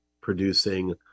producing